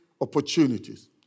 opportunities